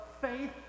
faith